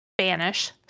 Spanish